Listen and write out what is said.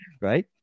right